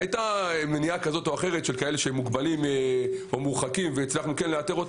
הייתה מניעה כזאת או אחרת של אלה שמוגבלים או מורחקים והצלחנו לאתר,